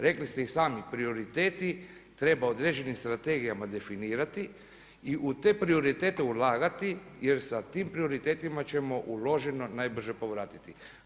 Rekli ste i sami prioriteti treba određenim strategijama definirati i u te prioritete ulagati jer sa tim prioritetima ćemo uloženo najbrže povratiti.